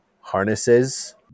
harnesses